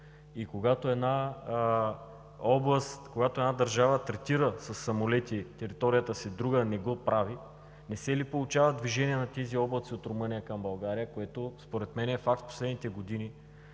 облаците се движат и когато една държава третира със самолети територията си, а друга не го прави, не се ли получава движение на тези облаци от Румъния към България, което според мен е факт в последните години